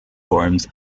forums